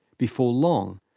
before long,